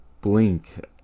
blink